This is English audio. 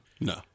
No